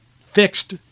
fixed